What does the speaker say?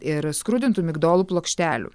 ir skrudintų migdolų plokštelių